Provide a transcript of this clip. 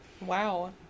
wow